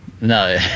no